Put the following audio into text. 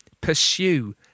pursue